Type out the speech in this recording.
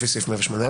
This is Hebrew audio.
לפי סעיף 108א,